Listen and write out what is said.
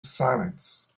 silence